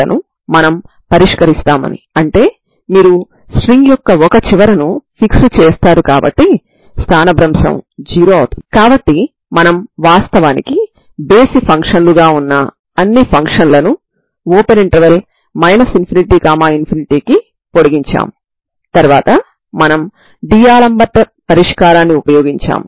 ఈ తరంగ సమీకరణం పరిమిత స్ట్రింగ్ రూపంలో ఉంటుంది మరియు ఈ స్ట్రింగ్ యొక్క రెండు చివరలు x a మరియు x b వద్ద జతచేయబడి ఉన్నాయి